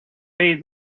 made